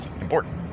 important